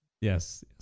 Yes